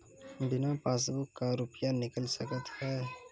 बिना पासबुक का रुपये निकल सकता हैं?